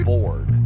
Bored